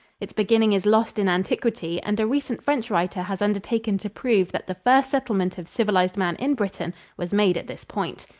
its beginning is lost in antiquity, and a recent french writer has undertaken to prove that the first settlement of civilized man in britain was made at this point.